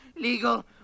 legal